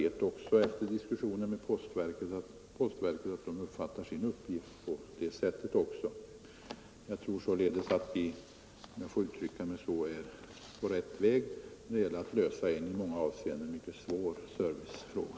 Efter diskussioner med postverket vet jag också att postverket uppfattar sin uppgift på det sättet. Jag tror således att vi, om jag får uttrycka mig så, är på rätt väg när det gäller att lösa en i många avseenden mycket svår servicefråga.